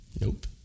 Nope